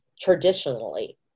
traditionally